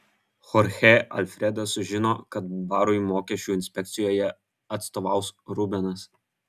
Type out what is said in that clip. chorchė alfredas sužino kad barui mokesčių inspekcijoje atstovaus rubenas